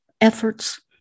efforts